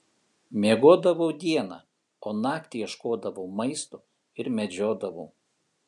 miegodavau dieną o naktį ieškodavau maisto ir medžiodavau